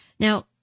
Now